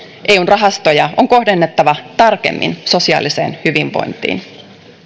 eun rahastoja on kohdennettava tarkemmin sosiaaliseen hyvinvointiin